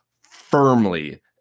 firmly